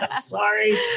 sorry